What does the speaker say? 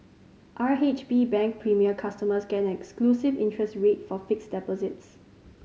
R H B Bank Premier customers get an exclusive interest rate for fixed deposits